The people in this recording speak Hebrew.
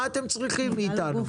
תשאלו אותם: מה אתם צריכים מאיתנו?